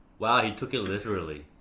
wow, he took it literally.